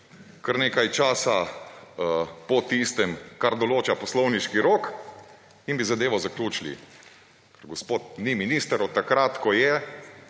kar nekaj časa po tistem, kar določa poslovniški rok, in bi zadevo zaključili, ker gospod ni minister od takrat, ko je